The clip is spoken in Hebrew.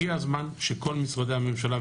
הגיע הזמן שכל משרדי הממשלה הרלוונטיים,